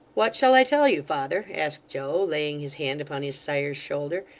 what shall i tell you, father asked joe, laying his hand upon his sire's shoulder,